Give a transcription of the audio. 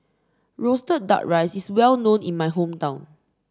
roasted duck rice is well known in my hometown